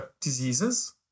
diseases